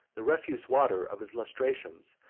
the refuse water of his lustrations,